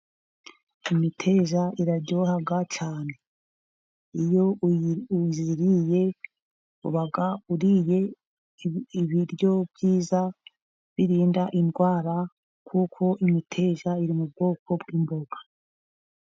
Imiteja iraryoha cyane, iyo uyiriye uba uriye ibiryo byiza birinda indwara, kuko imiteja iri mu bwoko bw'imboga.